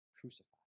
crucified